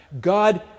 God